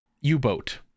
U-boat